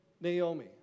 Naomi